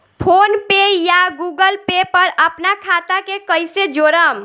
PhonePe या Google Pay पर अपना खाता के कईसे जोड़म?